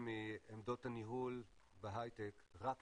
רק 16% מעמדות הניהול בהייטק זה נשים,